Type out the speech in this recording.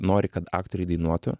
nori kad aktoriai dainuotų